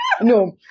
No